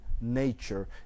nature